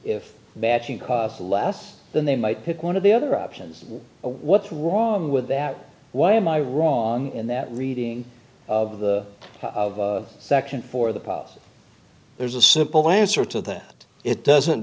if batching cost less than they might pick one of the other options what's wrong with that why am i wrong in that reading of the of section for the polls there's a simple answer to that it doesn't